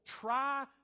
try